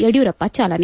ಯಡಿಯೂರಪ್ಪ ಚಾಲನೆ